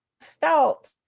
felt